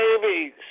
babies